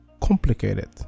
complicated